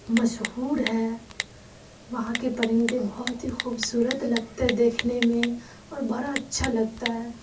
مشہور ہے وہاں کے پرندے بہت ہی خوبصورت لگتے دیکھنے میں اور بڑا اچھا لگتا ہے